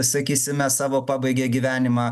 sakysime savo pabaigė gyvenimą